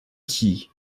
qui